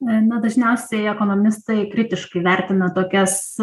na dažniausiai ekonomistai kritiškai vertina tokias